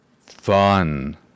fun